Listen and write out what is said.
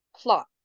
plot